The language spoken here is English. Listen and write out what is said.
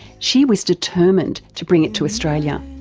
she was determined to bring it to australia.